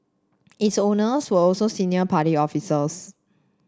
its owner were also senior party officers